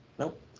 Nope